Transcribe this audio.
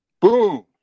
Boom